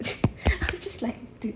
I was just like dude